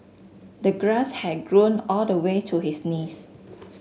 the grass had grown all the way to his knees